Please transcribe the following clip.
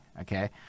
okay